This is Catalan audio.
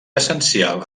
essencial